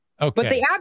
Okay